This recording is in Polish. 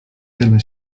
tyle